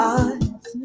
eyes